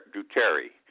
Duterte